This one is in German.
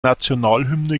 nationalhymne